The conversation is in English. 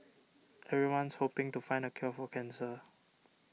everyone's hoping to find the cure for cancer